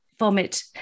vomit